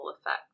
effect